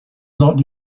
not